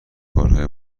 کارهای